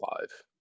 live